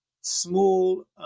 Small